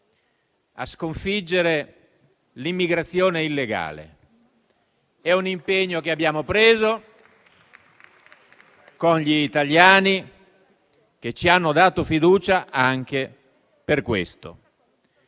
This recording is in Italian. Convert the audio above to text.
a sconfiggere l'immigrazione illegale. È un impegno che abbiamo preso con gli italiani, che ci hanno dato fiducia anche per questo.